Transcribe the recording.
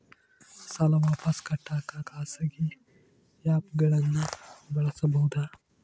ಸಾಲ ವಾಪಸ್ ಕಟ್ಟಕ ಖಾಸಗಿ ಆ್ಯಪ್ ಗಳನ್ನ ಬಳಸಬಹದಾ?